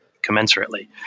commensurately